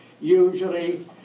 Usually